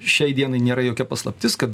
šiai dienai nėra jokia paslaptis kad